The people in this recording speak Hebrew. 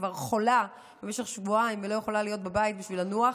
שכבר חולה במשך שבועיים ולא יכולה להיות בבית בשביל לנוח,